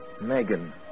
Megan